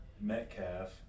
Metcalf